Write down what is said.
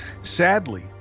Sadly